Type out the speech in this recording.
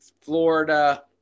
Florida